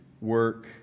work